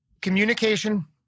communication